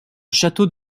château